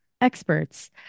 experts